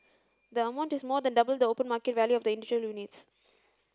the amount is more than double the open market value of the individual units